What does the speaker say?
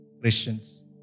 Christians